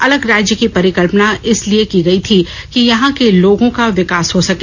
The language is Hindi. अलग राज्य की परिकल्पना इस लिए की गई थी कि यहां के लोगों का विकास हो सके